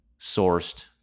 sourced